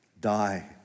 die